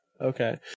Okay